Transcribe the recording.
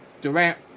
Durant